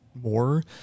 more